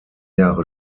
jahre